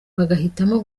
bagahitamo